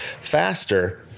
faster